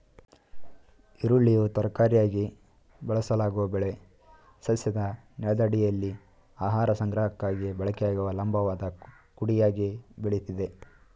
ಈರುಳ್ಳಿಯು ತರಕಾರಿಯಾಗಿ ಬಳಸಲಾಗೊ ಬೆಳೆ ಸಸ್ಯದ ನೆಲದಡಿಯಲ್ಲಿ ಆಹಾರ ಸಂಗ್ರಹಕ್ಕಾಗಿ ಬಳಕೆಯಾಗುವ ಲಂಬವಾದ ಕುಡಿಯಾಗಿ ಬೆಳಿತದೆ